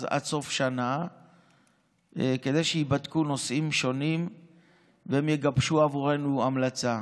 עד סוף השנה כדי שייבדקו נושאים שונים והם יגבשו עבורנו המלצה.